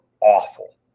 awful